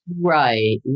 Right